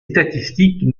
statistiques